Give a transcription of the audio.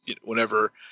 whenever